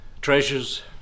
treasures